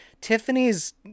tiffany's